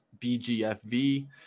BGFV